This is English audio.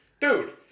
Dude